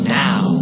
now